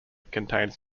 contains